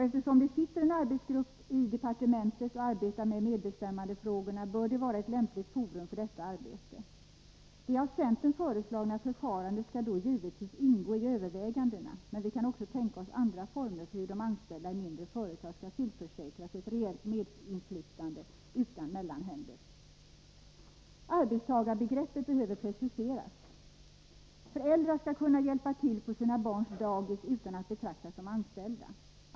Eftersom det sitter en arbetsgrupp inom departementet — Nr 31 och arbetar med medbestämmandefrågorna, bör den vara ett lämpligt forum Onsdagen den för detta arbete. Det av centern föreslagna förfarandet skall då givetvis ingå i 23 november 1983 övervägandena, men vi kan också tänka oss andra former för hur de anställda i mindre företag skall tillförsäkras ett reellt medinflytande utan mellan Medbestämmandehänder, frågorm.m. Arbetstagarbegreppet behöver preciseras. Föräldrar skall kunna hjälpa till på sina barns daghem utan att betraktas som anställda.